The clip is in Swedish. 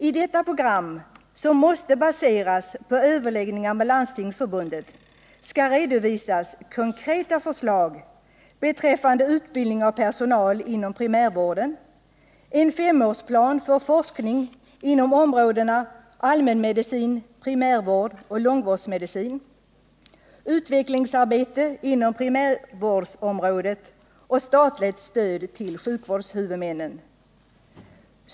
I detta program —- som måste baseras på överläggningar med Landstingsförbundet — skall redovisas konkreta förslag beträffande utbildning av personal inom primärvården, en femårsplan för forskningen inom områdena allmänmedicin/primärvård och långvårdsmedicin, utvecklingsarbete inom primärvårdsområdet, statligt stöd till sjukvårdshuvudmännen.